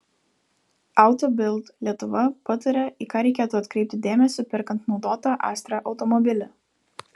auto bild lietuva pataria į ką reikėtų atkreipti dėmesį perkant naudotą astra automobilį